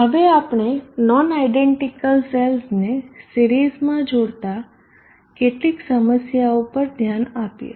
હવે આપણે non identical સેલ્સને સિરિઝમાં જોડતા કેટલીક સમસ્યાઓ પર ધ્યાન આપીએ